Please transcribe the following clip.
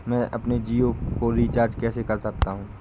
मैं अपने जियो को कैसे रिचार्ज कर सकता हूँ?